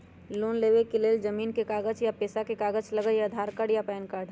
Loan लेवेके लेल जमीन के कागज या पेशा के कागज लगहई या आधार कार्ड या पेन कार्ड?